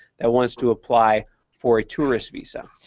that wants to apply for a tourist visa.